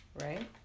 right